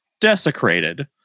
desecrated